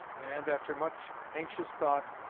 and, after much anxious thought,